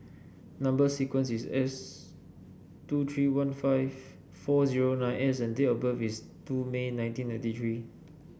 number sequence is S two three one five four zero nine S and date of birth is two May nineteen ninety three